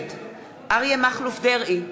נגד אריה מכלוף דרעי,